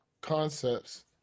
concepts